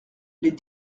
les